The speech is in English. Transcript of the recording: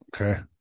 Okay